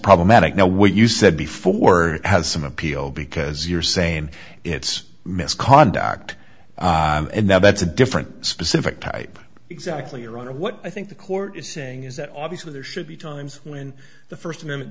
problematic no what you said before has some appeal because you're saying it's misconduct and that's a different specific type exactly right or what i think the court is saying is that obviously there should be times when the st amendment